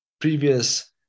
previous